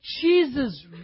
Jesus